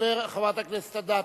חברת הכנסת אדטו,